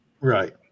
right